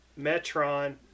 Metron